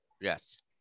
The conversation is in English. Yes